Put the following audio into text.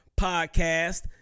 podcast